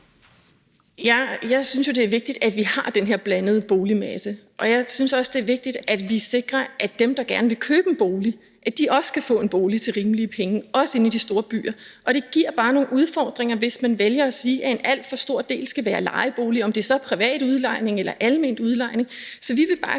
Jeg synes jo, det er vigtigt, at vi har den her blandede boligmasse, og jeg synes også, det er vigtigt, at vi sikrer, at dem, der gerne vil købe en bolig, også kan få en bolig til rimelige penge, også inde i de store byer. Og det giver bare nogle udfordringer, hvis man vælger at sige, at en alt for stor del skal være lejeboliger – om det så er privat udlejning eller almen udlejning. Så vi vil bare